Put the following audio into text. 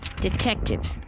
Detective